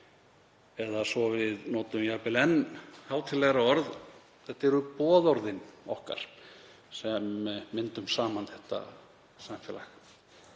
eða, svo við notum jafnvel enn hátíðlegra orð, þetta eru boðorð okkar sem myndum saman þetta samfélag.